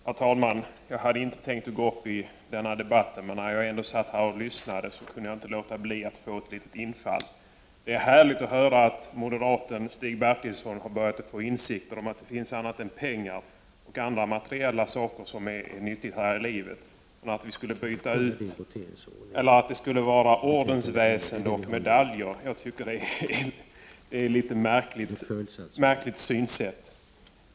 Herr talman! Jag hade inte tänkt gå upp i den här debatten, men när jag ändå satt här och lyssnade kunde jag inte låta bli att begära ordet när jag fick ett litet infall. Det är härligt att höra att moderaten Stig Bertilsson börjat få insikt om att det finns annat än pengar och andra materiella ting som är av värde här i livet. Men att det skulle vara ordensväsende och medaljer är, tycker jag, ett något märkligt synsätt!